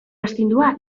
astindua